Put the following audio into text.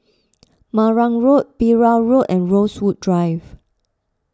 Marang Road Perahu Road and Rosewood Drive